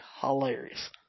hilarious